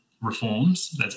reforms